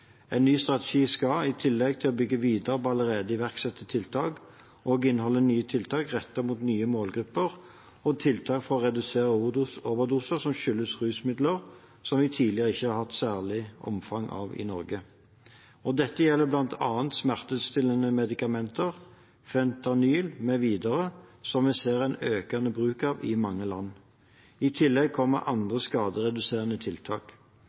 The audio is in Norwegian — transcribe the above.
En ny strategi skal, i tillegg til å bygge videre på allerede iverksatte tiltak, inneholde nye tiltak rettet mot nye målgrupper og tiltak for å redusere overdoser som skyldes rusmidler som vi tidligere ikke har hatt i særlig omfang i Norge. Dette gjelder bl.a. smertestillende medikamenter, fentanyl mv., som vi ser en økende bruk av i mange land. I tillegg kommer andre skadereduserende tiltak.